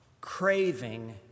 craving